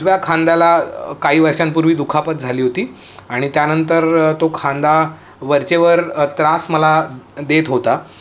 उजव्या खांद्याला काही वर्षांपूर्वी दुखापत झाली होती आणि त्यानंतर तो खांदा वरच्या वर त्रास मला देत होता